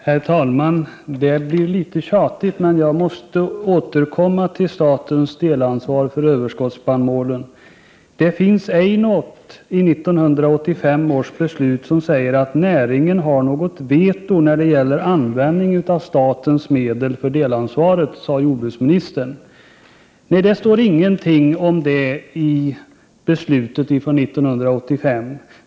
Herr talman! Det blir litet tjatigt, men jag måste återkomma till statens delansvar för spannmålsöverskottet. Det finns ej något i 1985 års beslut som säger att näringen har ett veto när det gäller användningen av statens medel för delansvaret, sade jordbruksministern. Nej, det står ingenting om det i beslutet från 1985.